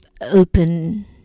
open